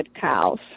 cows